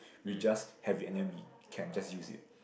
we just have it and then we can just use it